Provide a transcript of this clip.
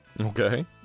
okay